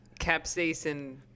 capsaicin